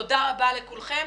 תודה רבה לכולכם.